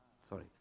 sorry